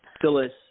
Phyllis